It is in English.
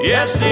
Yes